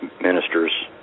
ministers